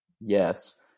Yes